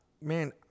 man